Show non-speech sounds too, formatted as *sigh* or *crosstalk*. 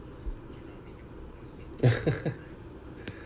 *laughs*